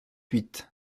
huit